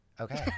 Okay